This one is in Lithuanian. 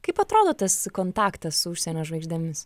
kaip atrodo tas kontaktas su užsienio žvaigždėmis